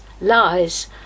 lies